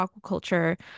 aquaculture